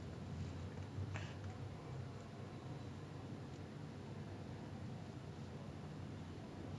but நா பொறந்த:naa porantha time leh நா வளரும்போது பாத்த படோலா:naa valarumpothu paatha padolaa like because my family also we kind of retro so we like to watch the older stuff